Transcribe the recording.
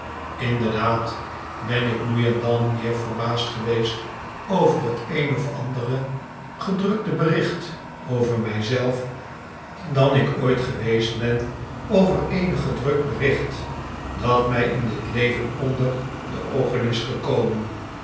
inderdaad ben ik nu en dan meer verbaasd geweest over het een of andere gedrukte bericht over mij zelf dan ik ooit geweest ben over eenig gedrukt bericht dat mij in dit leven onder de oogen is gekomen